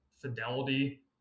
Fidelity